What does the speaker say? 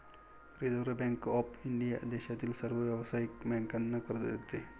reserve Bank of India देशातील सर्व व्यावसायिक बँकांना कर्ज देते